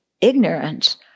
ignorance